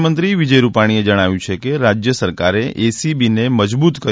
મુખ્યમંત્રી વિજય રૂપાણીએ જણાવ્યું કે રાજ્ય સરકારે એસીબીને મજબૂત કરી